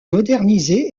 modernisé